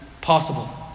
possible